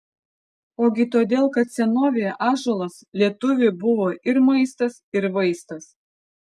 ogi todėl kad senovėje ąžuolas lietuviui buvo ir maistas ir vaistas